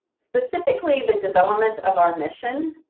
specifically, the development of our mission,